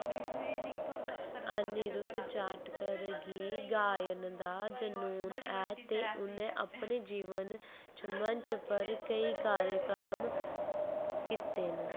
अनिरुद्ध जाटकर गी गायन दा जुनून ऐ ते उ'नें अपने जीवन च मंच पर केईं कार्यक्रम कीते न